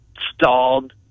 stalled